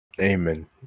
Amen